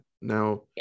Now